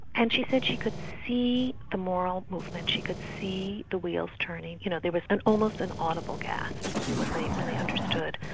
and she said she could see the moral movement, she could see the wheels turning, you know, there was almost an audible gasp, when they when they understood.